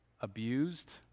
abused